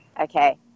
okay